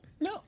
No